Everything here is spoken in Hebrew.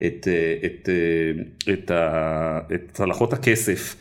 את צלחות הכסף.